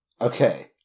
Okay